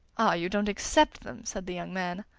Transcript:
ah, you don't accept them? said the young man.